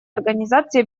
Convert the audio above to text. организации